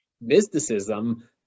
mysticism